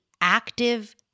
active